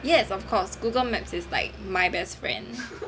yes of course Google maps is like my best friend